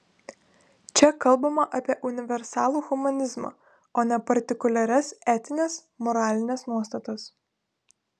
čia kalbama apie universalų humanizmą o ne partikuliaras etines moralines nuostatas